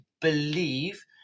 believe